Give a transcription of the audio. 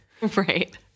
Right